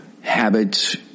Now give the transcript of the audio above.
habits